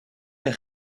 est